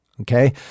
Okay